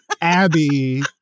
Abby